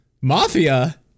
Mafia